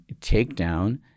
takedown